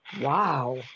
Wow